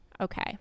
Okay